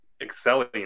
excelling